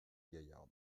gaillarde